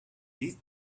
this